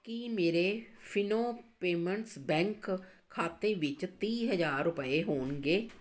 ਕੀ ਮੇਰੇ Fino payments bank ਖਾਤੇ ਵਿੱਚ ਤੀਹ ਹਜ਼ਾਰ ਰੁਪਏ ਹੋਣਗੇ